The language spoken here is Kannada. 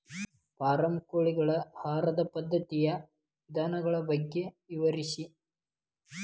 ಫಾರಂ ಕೋಳಿಗಳ ಆಹಾರ ಪದ್ಧತಿಯ ವಿಧಾನಗಳ ಬಗ್ಗೆ ವಿವರಿಸಿ